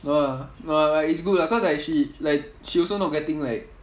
no lah no lah like it's good lah cause like she like she also not getting like